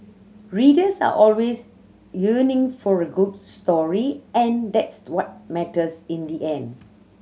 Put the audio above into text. readers are always yearning for a good story and that's what matters in the end